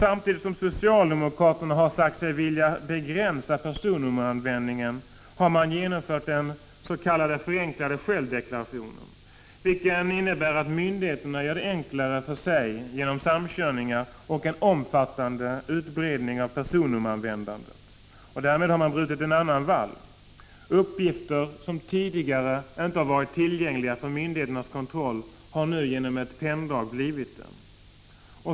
Samtidigt som socialdemokraterna sagt sig vilja begränsa personnummeranvändningen har de genomfört den s.k. förenklade självdeklarationen, vilken innebär att myndigheterna gör det enklare för sig genom samkörningar och en omfattande utbredning av personnummeranvändandet. Därmed har man brutit en annan vall. Uppgifter som tidigare inte har varit tillgängliga för myndigheternas kontroll har nu, genom ett penndrag, blivit det.